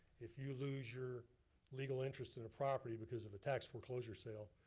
if you lose your legal interest in a property because of tax foreclosure sale,